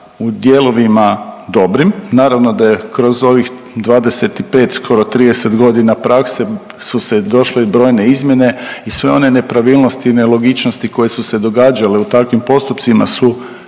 u dijelovima dobrim, naravno da je kroz ovih 25. skoro 30.g. prakse su se došle brojne izmjene i sve one nepravilnosti i nelogičnosti koje su se događale u takvim postupcima su